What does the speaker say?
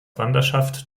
wanderschaft